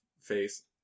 face